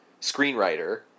screenwriter